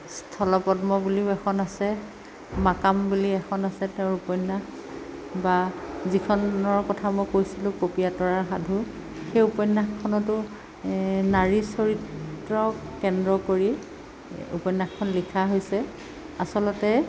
স্থলপদ্ম বুলিও এখন আছে মাকাম বুলি এখন আছে তেওঁৰ উপন্য়াস বা যিখনৰ কথা মই কৈছিলোঁ পপীয়া তৰাৰ সাধু সেই উপন্য়াসখনতো নাৰী চৰিত্ৰক কেন্দ্ৰ কৰি উপন্য়াসখন লিখা হৈছে আচলতে